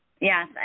Yes